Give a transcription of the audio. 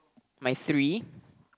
my three